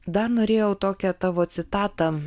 dar norėjau tokią tavo citatą